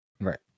Right